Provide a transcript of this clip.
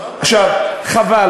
חבל